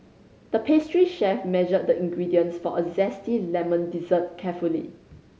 the pastry chef measured the ingredients for a zesty lemon dessert carefully